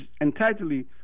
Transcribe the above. entirely